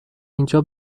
اینجا